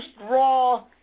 Raw